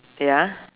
wait ah